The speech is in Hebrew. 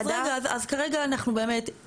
אז כרגע אנחנו באמת,